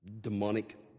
demonic